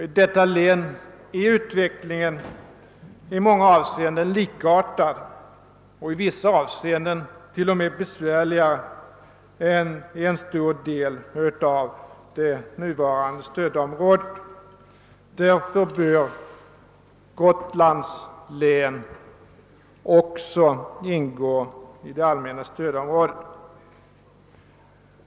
I detta län är utvecklingen i många avseenden likartad och i vissa avseenden t.o.m. besvärligare än utvecklingen inom en stor del av det nuvarande stödområdet. Därför bör Gotlands län också ingå i det allmänna stödområdet.